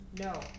No